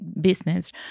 Business